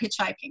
hitchhiking